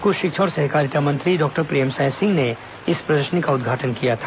school शिक्षा और सहकारिता मंत्री डॉक्टर प्रेमसाय सिंह ने इस प्रदर्शनी का उद्घाटन किया था